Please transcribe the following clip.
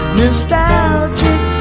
nostalgic